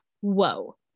whoa